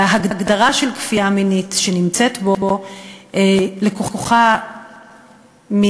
ההגדרה של כפייה מינית שנמצאת בו לקוחה מהגדרה